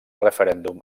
referèndum